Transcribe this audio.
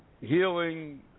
healing